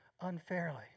unfairly